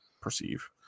perceive